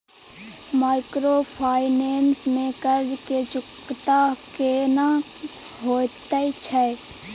Microfinance में कर्ज के चुकता केना होयत छै?